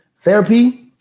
Therapy